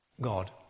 God